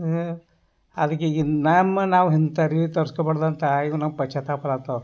ಅದಕ್ಕೆ ಈಗ ನಮ್ಮನ್ನು ನಾವು ಇಂಥ ಅರವಿ ತರಿಸ್ಕೊಬಾರ್ದು ಅಂತ ಈಗ ನಮ್ಗೆ ಪಶ್ಚಾತಾಪ ಆಗ್ತಾವ